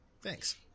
Thanks